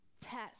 test